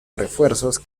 refuerzos